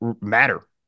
matter